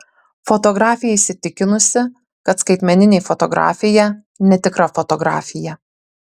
fotografė įsitikinusi kad skaitmeninė fotografija netikra fotografija